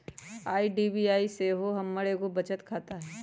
IDBI में सेहो हमर एगो बचत खता हइ